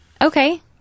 Okay